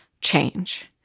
change